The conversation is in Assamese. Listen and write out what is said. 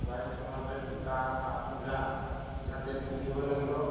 বাইক চলাওঁতে জোতা হাতমোজা জেকেট পিন্ধিব লাগিব